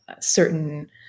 certain